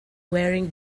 wearing